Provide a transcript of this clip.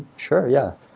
sure, yeah.